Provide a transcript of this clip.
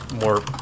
more